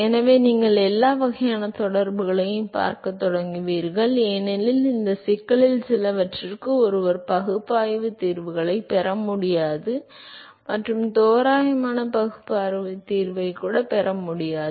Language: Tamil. எனவே நீங்கள் எல்லா வகையான தொடர்புகளையும் பார்க்கத் தொடங்குவீர்கள் ஏனெனில் இந்தச் சிக்கல்களில் சிலவற்றிற்கு ஒருவர் பகுப்பாய்வுத் தீர்வுகளைப் பெற முடியாது மற்றும் தோராயமான பகுப்பாய்வுத் தீர்வைக் கூட பெற முடியாது